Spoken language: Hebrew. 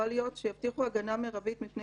פרוצדוראליות שיבטיחו הגנה מרבית מפני